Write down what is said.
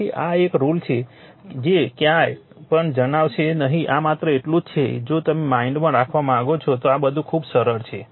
તેથી આ એક રુલ છે જે ક્યાંય પણ જણાવશે નહીં આ માત્ર એટલું જ છે કે જો તેને માઇન્ડમાં રાખવા માંગો છો તો બધું ખૂબ સરળ છે